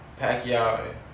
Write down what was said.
Pacquiao